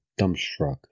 dumbstruck